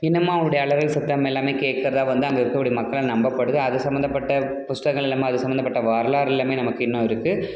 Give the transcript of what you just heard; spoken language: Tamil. இன்னமும் அவனுடைய அலறல் சத்தம் எல்லாமே கேட்கறதா வந்து அங்கே இருக்கக்கூடிய மக்களால் நம்பப்படுது அது சம்பந்தப்பட்ட புஸ்தகங்கள் எல்லாமே அது சம்பந்தப்பட்ட வரலாறு எல்லாமே நமக்கு இன்னும் இருக்குது